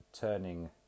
turning